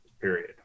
Period